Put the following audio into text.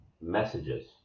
messages